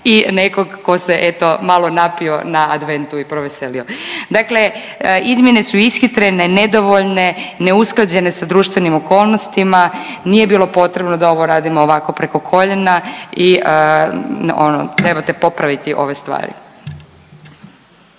i nekog tko se malo napio na adventu i proveselio. Dakle, izmjene su ishitrene, nedovoljne, neusklađene sa društvenim okolnostima, nije bilo potrebno da ovo radimo ovako preko koljena i ono trebate popraviti ove stvari.